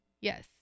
yes